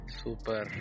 super